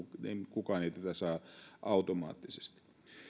kukaan ei tätä saa automaattisesti